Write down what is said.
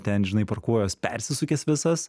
ten žinai parkuojuos persisukęs visas